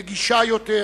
נגישה יותר,